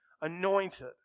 anointed